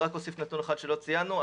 אני אוסיף נתון אחד שלא ציינו.